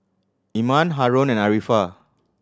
Iman Haron and Arifa